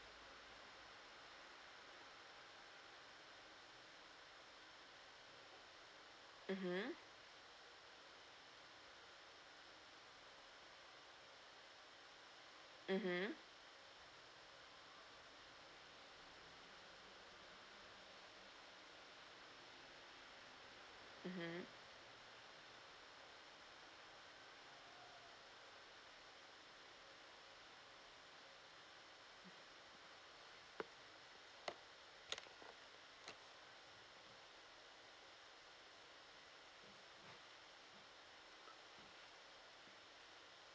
mm hmm mm hmm mm hmm